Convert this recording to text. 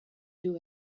you